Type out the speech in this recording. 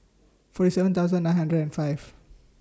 forty seven thousand nine hundred and five